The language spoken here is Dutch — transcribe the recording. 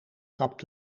kapt